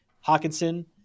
Hawkinson